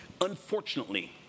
Unfortunately